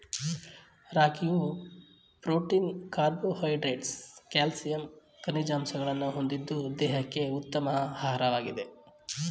ರಾಗಿಯು protein carbohydrates calcium ಖನಿಜಾಂಶಗಳನ್ನು ಹೊಂದಿದ್ದು ದೇಹಕ್ಕೆ ಉತ್ತಮ ಆಹಾರವಾಗಿದೆ